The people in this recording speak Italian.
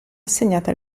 assegnate